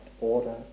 order